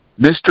Mr